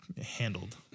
Handled